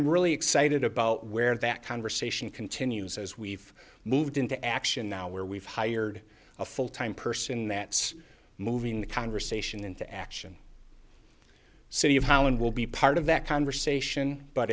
i'm really excited about where that conversation continues as we've moved into action now where we've hired a full time person that moving the conversation into action city of how and will be part of that conversation but